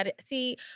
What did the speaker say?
See